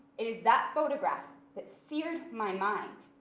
it is that photograph that seared my mind,